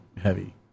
heavy